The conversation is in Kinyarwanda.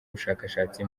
ubushakashatsi